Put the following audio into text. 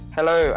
Hello